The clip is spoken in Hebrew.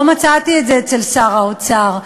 לא מצאתי את זה אצל שר האוצר.